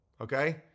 Okay